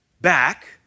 back